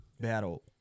battle